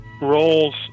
roles